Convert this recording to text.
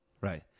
Right